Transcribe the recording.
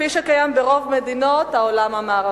כפי שקיים ברוב מדינות העולם המערבי.